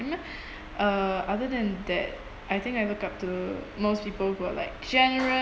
uh other than that I think I look up to most people who are like generous